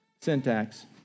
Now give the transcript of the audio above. syntax